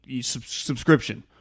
subscription